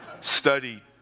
Study